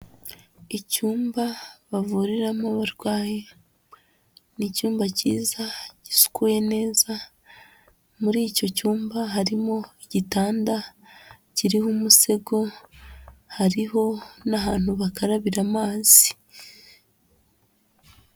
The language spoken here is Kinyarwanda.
Icyumba bavuriramo abarwayi, ni icyuyumba cyiza, gisukuye neza, muri icyo cyumba harimo igitanda kiriho umusego, hariho n'ahantu bakarabira amazi.